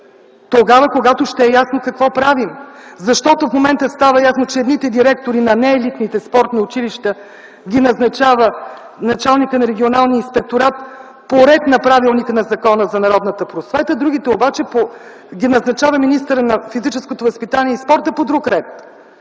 тогава, когато ще е ясно какво правим! В момента става ясно, че едните директори – на не елитните спортни училища, ги назначава началникът на регионалния инспекторат по реда на правилника за Закона за народната просвета; другите обаче ги назначава министърът на физическото възпитание и спорта по друг ред